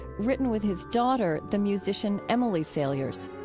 written with his daughter, the musician emily saliers